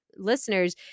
listeners